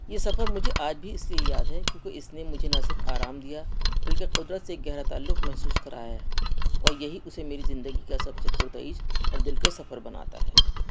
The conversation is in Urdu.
یہ سفر مجھے آج بھی اس لیے یاد ہے کیونکہ اس نے مجھے نہ صرف آرام دیا بلکہ قدرت سے ایک گہرا تعلق محسوس کرایا ہے اور یہی اسے میری زندگی کا سب سے پرتعیش اور دلکش سفر بناتا ہے